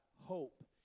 hope